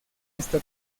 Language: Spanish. esta